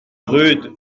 rude